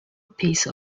piece